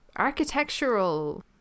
architectural